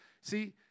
See